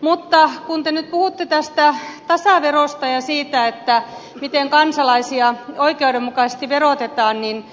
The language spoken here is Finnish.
mutta kun te nyt puhutte tästä tasaverosta ja siitä miten kansalaisia oikeudenmukaisesti verotetaan niin